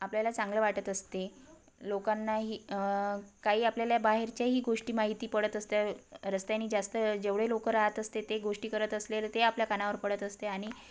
आपल्याला चांगलं वाटत असते लोकांनाही काही आपल्याला बाहेरच्याही गोष्टी माहिती पडत असतात रस्त्याने जास्त जेवढे लोक राहत असते ते गोष्टी करत असलेलं ते आपल्या कानावर पडत असते आणि